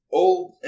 old